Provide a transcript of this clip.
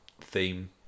theme